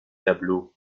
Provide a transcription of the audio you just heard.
tableau